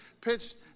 pitched